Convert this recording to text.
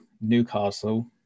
Newcastle